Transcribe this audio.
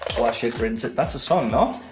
wash it, rinse it! that's a song, no?